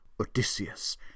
Odysseus